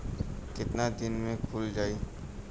कितना दिन में खुल जाई?